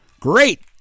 Great